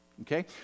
Okay